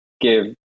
give